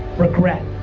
regret.